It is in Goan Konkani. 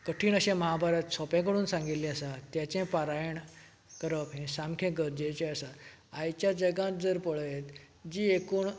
कठीण अशें महाभारत सोंपें करून सांगिल्ले आसा तेचे पारायण करप हे सामकें गरजेचें आसा आयच्या जगांत जर पळयत जी एकूण